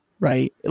Right